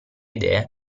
idee